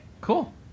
cool